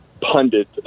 pundit